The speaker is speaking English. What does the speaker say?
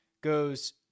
goes